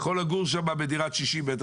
יכול לגור שם בדירת 60 מטר,